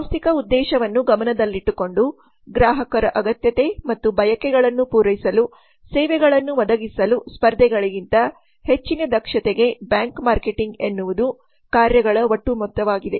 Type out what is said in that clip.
ಸಾಂಸ್ಥಿಕ ಉದ್ದೇಶವನ್ನು ಗಮನದಲ್ಲಿಟ್ಟುಕೊಂಡು ಗ್ರಾಹಕರ ಅಗತ್ಯತೆ ಮತ್ತು ಬಯಕೆಗಳನ್ನು ಪೂರೈಸಲು ಸೇವೆಗಳನ್ನು ಒದಗಿಸಲು ಸ್ಪರ್ಧಿಗಳಿಗಿಂತ ಹೆಚ್ಚಿನ ದಕ್ಷತೆಗೆ ಬ್ಯಾಂಕ್ ಮಾರ್ಕೆಟಿಂಗ್ ಎನ್ನುವುದು ಕಾರ್ಯಗಳ ಒಟ್ಟು ಮೊತ್ತವಾಗಿದೆ